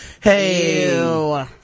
Hey